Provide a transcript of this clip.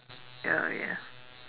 ya ya